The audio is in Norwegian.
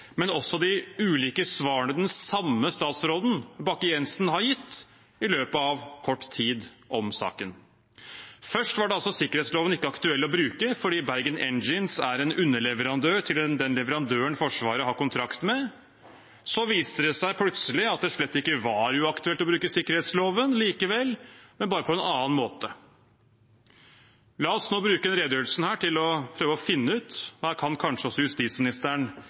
men også de ulike svarene den samme statsråden, statsråd Bakke-Jensen, i løpet av kort tid har gitt om saken. Først var altså sikkerhetsloven ikke aktuell å bruke fordi Bergen Engines er en underleverandør til den leverandøren Forsvaret har kontrakt med. Så viste det seg plutselig at det slett ikke var uaktuelt å bruke sikkerhetsloven likevel, men bare på en annen måte. La oss nå bruke denne redegjørelsen til å prøve å finne det ut, her kan kanskje også justisministeren